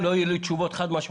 עד שלא יהיו לי תשובות חד-משמעיות,